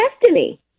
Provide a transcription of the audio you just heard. destiny